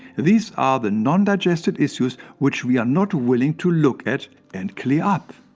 these are the non-digested issues which we are not willing to look at and clear up.